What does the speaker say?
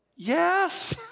Yes